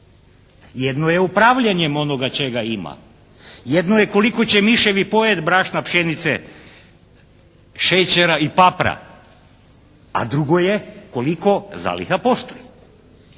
Jedno je upravljanjem onoga čega ima. Jedno je koliko će miševi pojest brašna, pšenice, šećera i papra. A drugo je, koliko zaliha postoji.